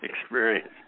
experience